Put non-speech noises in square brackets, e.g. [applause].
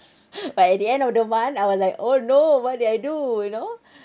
[laughs] but at the end of the month I will like oh no why did I do you know